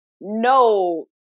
no